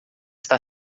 está